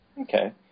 Okay